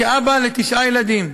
כאבא לתשעה ילדים,